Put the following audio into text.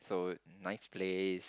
so nice place